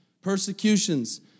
persecutions